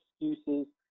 excuses